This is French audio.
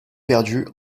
perdus